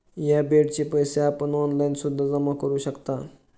या बेडचे पैसे आपण ऑनलाईन सुद्धा जमा करू शकता